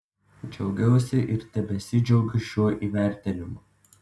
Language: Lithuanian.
džiaugiausi ir tebesidžiaugiu šiuo įvertinimu